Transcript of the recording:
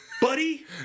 buddy